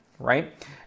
Right